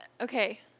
okay